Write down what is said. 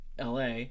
la